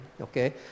okay